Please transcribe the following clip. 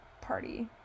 party